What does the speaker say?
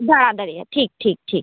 ᱫᱟᱬᱟ ᱫᱟᱲᱮᱭᱟᱜᱼᱟ ᱴᱷᱤᱠ ᱴᱷᱤᱠ